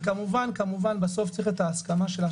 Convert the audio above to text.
וכמובן כמובן שבסוף צריך את ההסכמה שלה.